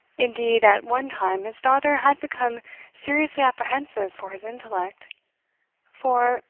indeed, at one time his daughter had become seriously apprehensive for his intellect for,